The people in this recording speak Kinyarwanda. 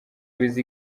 wiz